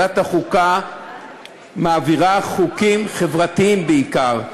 אתה תכניס לך לראש שוועדת החוקה מעבירה חוקים חברתיים בעיקר.